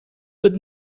but